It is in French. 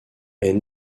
est